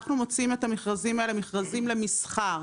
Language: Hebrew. אנחנו מוציאים את המכרזים האלה, מכרזים למסחר,